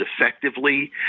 effectively